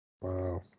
Wow